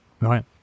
Right